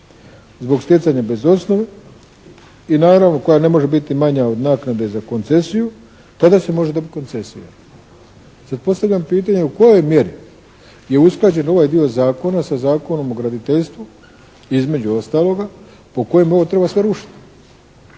zbog stjecanja bez osnove i naravno koja ne može biti manja od naknade za koncesiju tada se može dobiti koncesija. Sad postavljam pitanje u kojoj mjeri je usklađen ovaj dio zakona sa Zakonom o graditeljstvu između ostaloga po kojem ovo treba sve rušiti?